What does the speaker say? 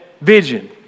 vision